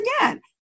again